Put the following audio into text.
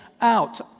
Out